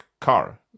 car